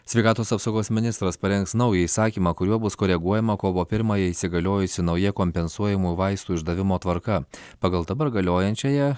sveikatos apsaugos ministras parengs naują įsakymą kuriuo bus koreguojama kovo pirmąją įsigaliojusi nauja kompensuojamų vaistų išdavimo tvarka pagal dabar galiojančiąją